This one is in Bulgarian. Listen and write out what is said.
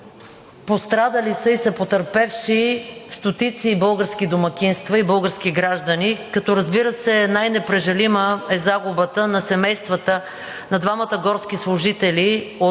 Пострадали са и са потърпевши стотици български домакинства и български граждани, като, разбира се, най-непрежалима е загубата на семействата на двамата горски служители от